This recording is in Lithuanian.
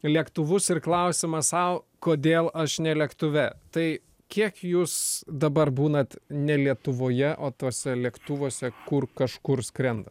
lėktuvus ir klausimą sau kodėl aš ne lėktuve tai kiek jūs dabar būnant ne lietuvoje o tuose lėktuvuose kur kažkur skrenda